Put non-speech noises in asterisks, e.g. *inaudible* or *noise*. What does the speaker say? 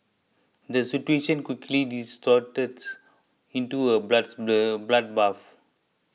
the situation quickly *unintelligible* into a breads blue bloodbath